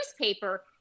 newspaper